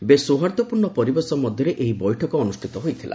ବେଶ୍ ସୋହାର୍ଦ୍ଦପୂର୍ଣ୍ଣ ପରିବେଶ ମଧ୍ୟରେ ଏହି ବୈଠକ ଅନୁଷ୍ଠିତ ହୋଇଥିଲା